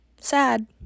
sad